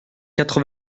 quatre